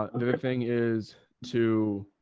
other thing is too.